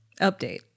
Update